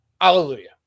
Hallelujah